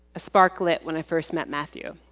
a spark lit when i first met matthew.